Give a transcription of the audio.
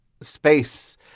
space